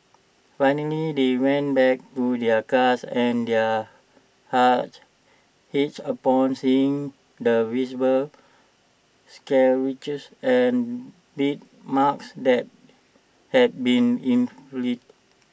finally they went back to their cars and their hearts ached upon seeing the visible scratches and bite marks that had been inflicted